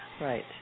Right